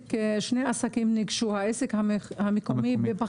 זה אומר שאם שני עסקים ניגשים למכרז והעסק המקומי הוא ב-15%